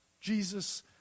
Jesus